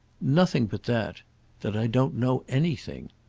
nothing but that that i don't know anything.